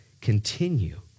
continue